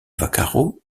vaccaro